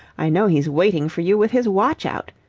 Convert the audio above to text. i know he's waiting for you with his watch out.